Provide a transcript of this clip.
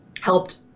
helped